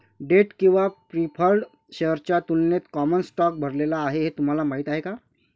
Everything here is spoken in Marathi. डेट किंवा प्रीफर्ड शेअर्सच्या तुलनेत कॉमन स्टॉक भरलेला आहे हे तुम्हाला माहीत आहे का?